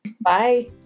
Bye